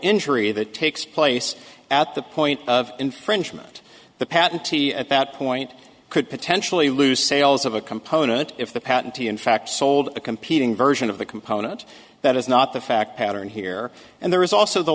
injury that takes place at the point of infringement the patentee at that point could potentially lose sales of a component if the patentee in fact sold a competing version of the component that is not the fact pattern here and there is also the